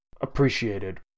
Appreciated